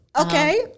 okay